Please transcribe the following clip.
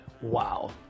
wow